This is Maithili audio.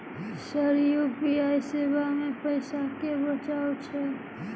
सर यु.पी.आई सेवा मे पैसा केँ बचाब छैय?